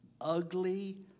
ugly